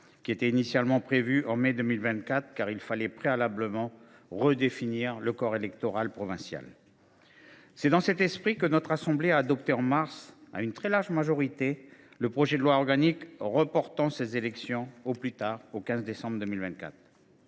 congrès, initialement prévues en mai 2024, car il fallait préalablement redéfinir le corps électoral provincial. C’est dans cet esprit que notre assemblée a alors adopté, à une très large majorité, le projet de loi organique visant à reporter ces élections au plus tard au 15 décembre 2024.